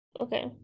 Okay